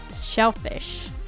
shellfish